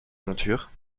monture